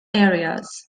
areas